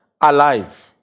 alive